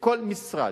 כל משרד,